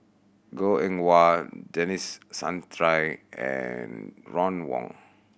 Goh Eng Wah Denis Santry and Ron Wong